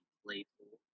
playful